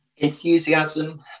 Enthusiasm